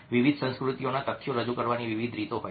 વિવિધ સંસ્કૃતિઓમાં તથ્યો રજૂ કરવાની વિવિધ રીતો હોય છે